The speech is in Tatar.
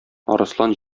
арыслан